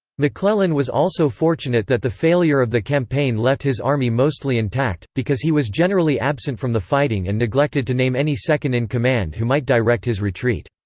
mcclellan was also fortunate that the failure of the campaign left his army mostly intact, because he was generally absent from the fighting and neglected to name any second-in-command who might direct his retreat.